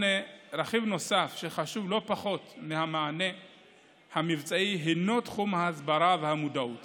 רכיב נוסף וחשוב לא פחות מהמענה המבצעי הוא תחום ההסברה והמודעות